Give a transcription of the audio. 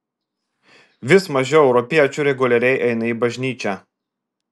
vis mažiau europiečių reguliariai eina į bažnyčią